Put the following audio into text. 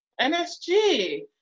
NSG